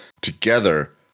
together